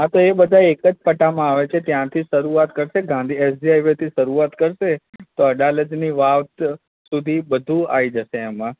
હા તો એ બધા એક જ પટ્ટા માં આવે છે ત્યાંથી શરૂઆત કરશે ગાંધી એસજી હાઇવેથી શરૂઆત કરશે તો અડાલજની વાવ સુધી બધું આવી જશે એમાં